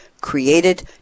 created